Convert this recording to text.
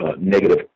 negative